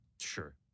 Sure